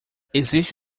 existe